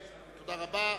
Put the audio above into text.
רבה.